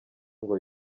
ngo